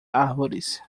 árvores